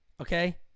Okay